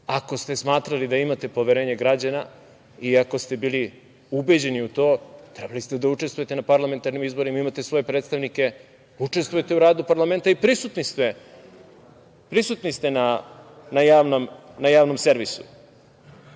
Ako ste smatrali da imate poverenje građana i ako se bili ubeđeni u to trebali ste da učestvujete na parlamentarnim izborima i imate svoje predstavnike, učestvujete u radu parlamenta i prisutni ste na Javnom servisu. Nema